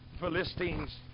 Philistines